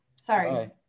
sorry